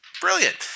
brilliant